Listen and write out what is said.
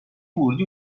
ورودی